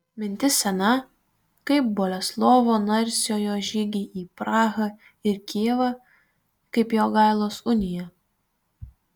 mintis sena kaip boleslovo narsiojo žygiai į prahą ir kijevą kaip jogailos unija